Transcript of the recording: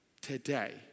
today